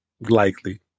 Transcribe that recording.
likely